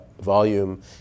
volume